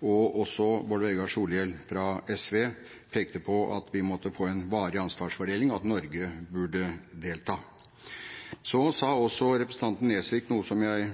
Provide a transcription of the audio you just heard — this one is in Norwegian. og også representanten Bård Vegar Solhjell fra SV pekte på at vi måtte få en varig ansvarsfordeling, og at Norge burde delta. Representanten Nesvik sa også noe som jeg